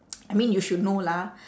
I mean you should know lah